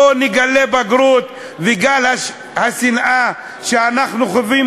בואו נגלה בגרות מול גל השנאה שאנחנו חווים.